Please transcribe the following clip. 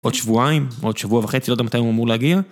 עוד שבועיים, עוד שבוע וחצי, לא יודע מתי הוא אמור להגיע.